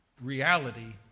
reality